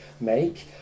make